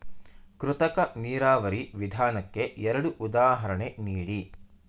ಕೃತಕ ನೀರಾವರಿ ವಿಧಾನಕ್ಕೆ ಎರಡು ಉದಾಹರಣೆ ನೀಡಿ?